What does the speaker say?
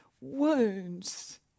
wounds